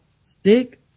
Stick